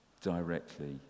directly